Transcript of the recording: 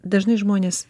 dažnai žmonės